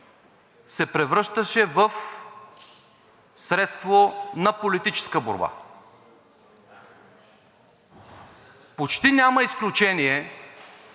се превръщаше в средство на политическа борба. Почти няма изключение